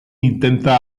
intenta